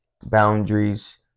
Boundaries